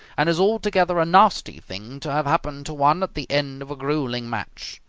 and is altogether a nasty thing to have happen to one at the end of a gruelling match.